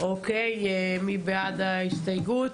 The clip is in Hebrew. אוקיי, מי בעד ההסתייגות?